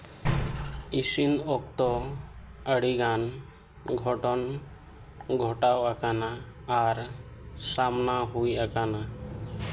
ᱤᱥᱤᱱ ᱚᱠᱛᱚ ᱟᱹᱰᱤᱜᱟᱱ ᱜᱷᱚᱴᱚᱱ ᱜᱷᱚᱴᱟᱣ ᱟᱠᱟᱱᱟ ᱟᱨ ᱥᱟᱢᱱᱟᱣ ᱦᱩᱭ ᱟᱠᱟᱱᱟ